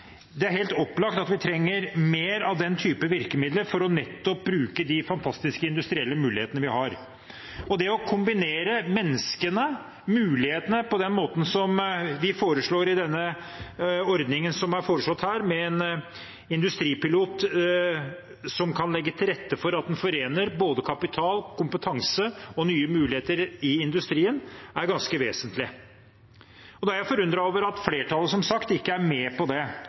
Det er helt opplagt at vi trenger mer av den type virkemidler for nettopp å bruke de fantastiske industrielle mulighetene vi har. Det å kombinere menneskene og mulighetene på den måten vi foreslår her, med en industripilot som kan legge til rette for at en forener både kapital, kompetanse og nye muligheter i industrien, er ganske vesentlig. Da er jeg forundret over at flertallet som sagt ikke er med på det.